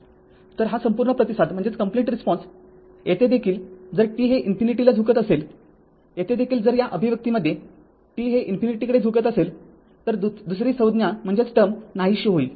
तर हा संपूर्ण प्रतिसाद येथे देखील जर t हे ∞ ला झुकत असेल येथे देखील जर या अभिव्यक्तीमध्ये t हे ∞ कडे झुकत असेल तर दुसरी संज्ञा नाहीशी होईल